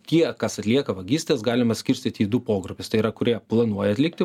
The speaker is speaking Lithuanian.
tie kas atlieka vagystes galime skirstyti į du pogrupius tai yra kurie planuoja atlikti